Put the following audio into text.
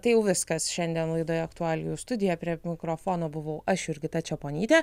tai jau viskas šiandien laidoje aktualijų studija prie mikrofono buvau aš jurgita čeponytė